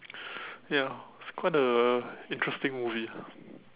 ya it's quite a interesting movie ah